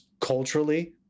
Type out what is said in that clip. culturally